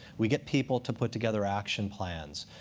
we get people to put together action plans.